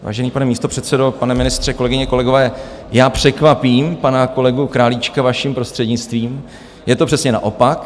Vážený pane předsedající, pane ministře, kolegyně, kolegové, já překvapím pana kolegu Králíčka, vaším prostřednictvím, je to přesně naopak.